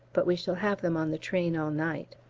but we shall have them on the train all night.